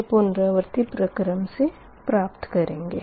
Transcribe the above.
यह पुनरावर्ती प्रक्रम से प्राप्त करेंगे